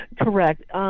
Correct